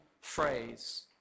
phrase